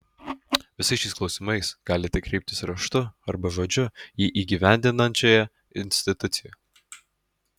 visais šiais klausimais galite kreiptis raštu arba žodžiu į įgyvendinančiąją instituciją